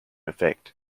effect